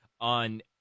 on